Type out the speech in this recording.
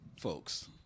folks